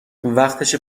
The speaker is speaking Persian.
وقتشه